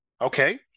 Okay